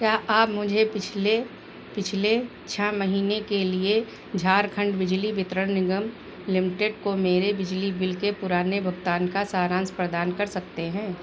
क्या आप मुझे पिछले पिछले छः महीने के लिए झारखण्ड बिजली वितरण निगम लिमिटेड को मेरे बिजली बिल के पुराने भुगतान का सारांश प्रदान कर सकते हैं